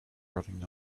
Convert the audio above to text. running